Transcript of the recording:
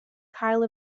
kyle